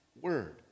word